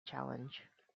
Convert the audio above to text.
challenge